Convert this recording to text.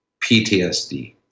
PTSD